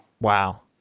Wow